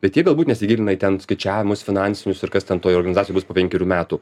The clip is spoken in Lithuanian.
bet jie galbūt nesigilina į ten skaičiavimus finansinius ir kas ten toj organizacijoj bus po penkerių metų